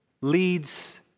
leads